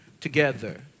together